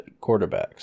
quarterbacks